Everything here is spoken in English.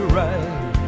right